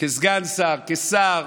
סגן שר, שר,